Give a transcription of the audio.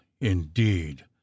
indeed